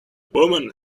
woman